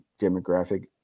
demographic